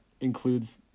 includes